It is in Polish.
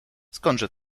skądże